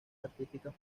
artísticas